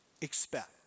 expect